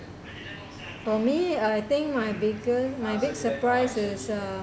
for me I think my bigger my big surprise is uh